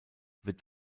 wird